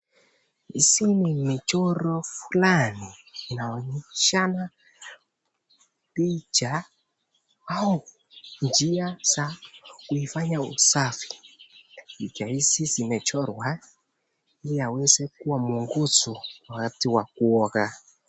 Hizi ni michoro fulani inaonyeshana picha au njia za kuifanya usafi. Picha hizi zimechorwa ili aweze kuwa muongozo wakati wa kuoga.